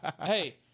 hey